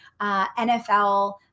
NFL